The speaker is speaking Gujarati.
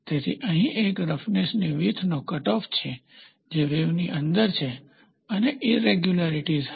તેથી અહીં એક રફનેસની વીથનો કટઓફ છે જે વેવની અંદર છે અને ઈરેગ્યુલારીટીઝ હસે